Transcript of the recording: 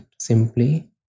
Simply